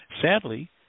sadly